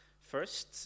First